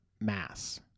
mass